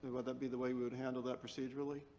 would that be the way we would handle that procedurally?